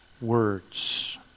words